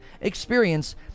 experience